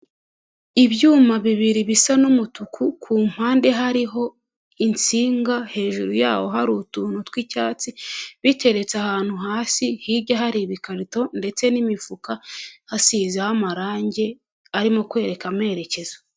Ibyuma bibiri bisa n'umutuku ku mpande hariho insinga hejuru yawo hari utuntu tw'icyatsi, biteretse ahantu hasi, hirya hari ibikarito ndetse n'imifuka hasizeho amarange arimo kwereka amerekezo.